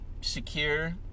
secure